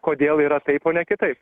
kodėl yra taip o ne kitai